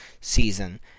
season